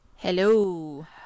Hello